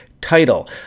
title